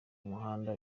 muhanda